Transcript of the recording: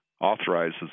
authorizes